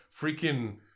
freaking